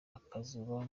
akazuba